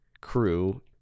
crew